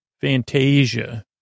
Fantasia